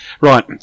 Right